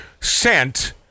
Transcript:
sent